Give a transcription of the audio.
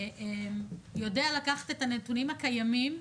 יודע לקחת את הנתונים הקיימים,